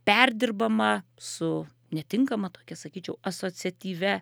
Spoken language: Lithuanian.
perdirbama su netinkama tokia sakyčiau asociatyvia